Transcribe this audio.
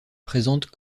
présente